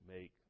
make